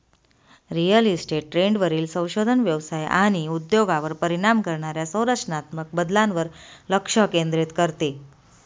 real estate ट्रेंडवरील संशोधन व्यवसाय आणि उद्योगावर परिणाम करणाऱ्या संरचनात्मक बदलांवर लक्ष केंद्रित करते